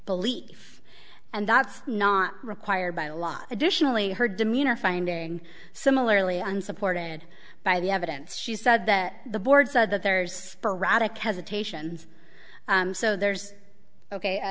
belief and that's not required by law additionally her demeanor finding similarly unsupported by the evidence she said that the board said that there's a radical hesitations so there's ok